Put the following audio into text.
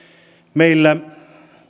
meillä